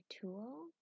tool